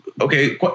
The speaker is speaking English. Okay